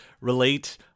relate